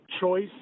choice